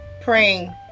praying